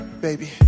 Baby